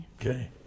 Okay